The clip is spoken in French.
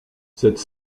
cette